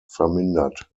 vermindert